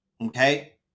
Okay